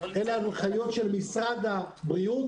אלה ההנחיות של משרד הבריאות,